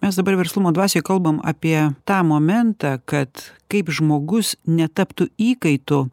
mes dabar verslumo dvasioj kalbam apie tą momentą kad kaip žmogus netaptų įkaitu